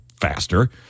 faster